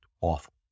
awful